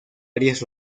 áreas